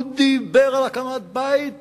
הוא דיבר על הקמת בית